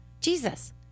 Jesus